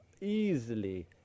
easily